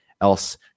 else